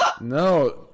No